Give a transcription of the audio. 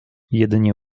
jedynie